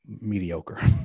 mediocre